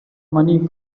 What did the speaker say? money